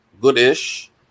good-ish